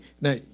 Now